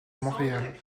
montréal